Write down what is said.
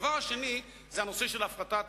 הדבר השני הוא הפרטת